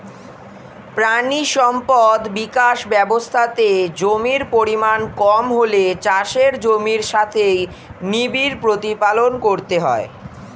প্রাণী সম্পদ বিকাশ ব্যবস্থাতে জমির পরিমাণ কম হলে চাষের জমির সাথেই নিবিড় প্রতিপালন করতে হয়